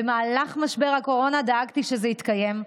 במהלך משבר הקורונה דאגתי שזה יתקיים,